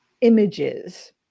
images